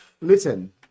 listen